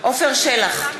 עפר שלח,